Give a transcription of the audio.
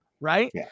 right